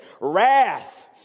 wrath